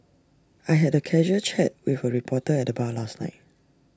I had A casual chat with A reporter at the bar last night